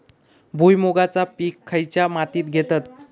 भुईमुगाचा पीक खयच्या मातीत घेतत?